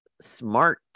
smart